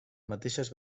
mateixes